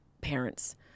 parents